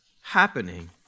happening